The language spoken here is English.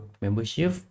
membership